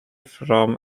from